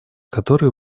которой